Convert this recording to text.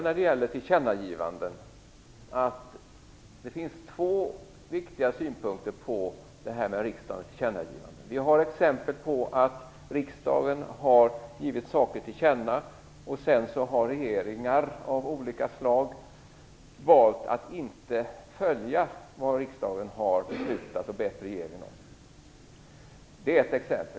När det gäller tillkännagivanden vill jag säga att det finns två viktiga synpunkter på riksdagens tillkännagivanden. Vi har exempel på att riksdagen har givit saker till känna, men sedan har regeringar av olika slag valt att inte följa vad riksdagen har beslutat och bett regeringen om.